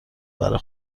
برا